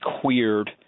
queered